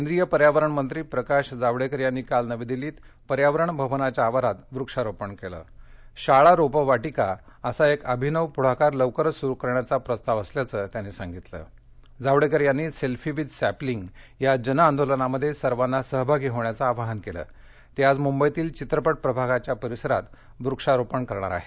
केंद्रीय पर्यावरण मक्तीप्रकाश जावडेकर याप्तीकाल नवी दिल्लीत पर्यावरण भवनाच्या आवारात वृक्षारोपण केल शिवा रोपवाटिका असा एक अभिनव पुढाकार लवकरच सुरु करण्याचा प्रस्ताव असल्याच क्राती साधितल ज्ञावडेकर यातीी सेल्फी विथ सॅपलित या जन आर्टीलनामध्ये सर्वांना सहभागी होण्याचआिवाहन केलाते आज मुद्धईतील चित्रपट प्रभागाच्या परिसरात वृक्षारोपण करणार आहेत